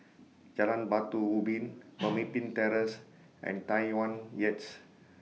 Jalan Batu Ubin Pemimpin Terrace and Tai Yuan Heights